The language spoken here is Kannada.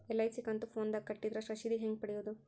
ಎಲ್.ಐ.ಸಿ ಕಂತು ಫೋನದಾಗ ಕಟ್ಟಿದ್ರ ರಶೇದಿ ಹೆಂಗ್ ಪಡೆಯೋದು?